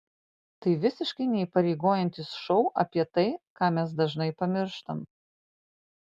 tai visiškai neįpareigojantis šou apie tai ką mes dažnai pamirštam